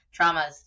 traumas